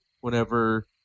whenever